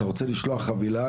אתה רוצה לשלוח חבילה?